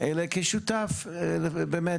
אלא כשותף באמת,